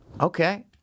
Okay